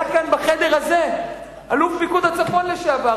היה כאן בחדר הזה אלוף פיקוד הצפון לשעבר,